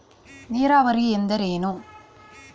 ನೀರಾವರಿ ಎಂದರೇನು?